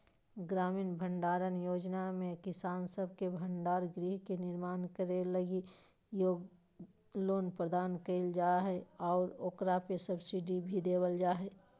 ग्रामीण भंडारण योजना में किसान सब के भंडार गृह के निर्माण करे लगी लोन प्रदान कईल जा हइ आऊ ओकरा पे सब्सिडी भी देवल जा हइ